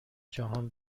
جهان